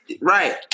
Right